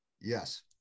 yes